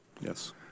Yes